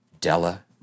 Della